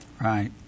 Right